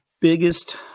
biggest